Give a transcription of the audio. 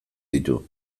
ditu